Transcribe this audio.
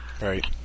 Right